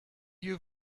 you